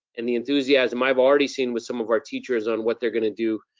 and the enthusiasm i've already seen with some of our teachers on what they're gonna do,